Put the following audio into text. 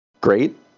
great